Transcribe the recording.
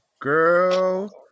Girl